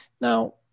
now